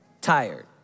tired